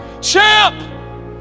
champ